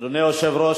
אדוני היושב-ראש,